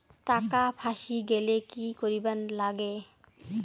টাকা ফাঁসি গেলে কি করিবার লাগে?